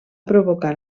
provocar